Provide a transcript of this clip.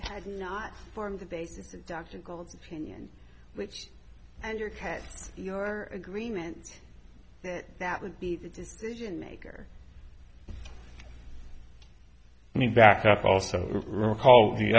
has not formed the basis of dr gold's pinioned which and your tests your agreement that that would be the decision maker back up also recall the